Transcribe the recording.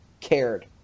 cared